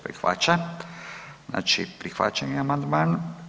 Prihvaća, znači prihvaćen je amandman.